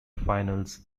finals